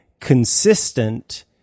consistent